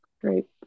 Great